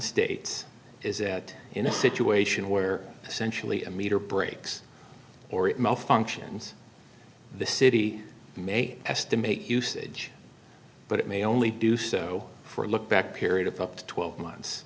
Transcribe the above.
states is that in a situation where essentially a meter breaks or it malfunctions the city may estimate usage but it may only do so for a look back period of up to twelve months